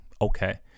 Okay